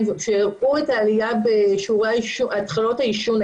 שהראו את העלייה בשיעורי התחלות העישון,